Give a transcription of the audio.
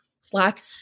Slack